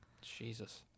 Jesus